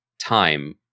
time